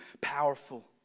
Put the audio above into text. powerful